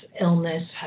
illness